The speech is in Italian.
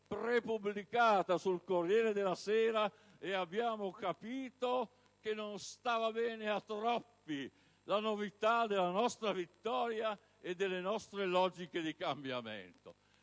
in anticipo sul «Corriere della Sera», e abbiamo capito che non stava bene a troppi la novità della nostra vittoria e delle nostre logiche di cambiamento.